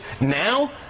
now